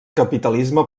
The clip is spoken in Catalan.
capitalisme